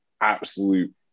absolute